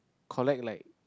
collect like